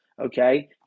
okay